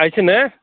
আহিছেনে